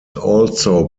also